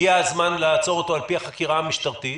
הגיע הזמן לעצור אותו על פי החקירה המשטרתית